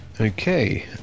Okay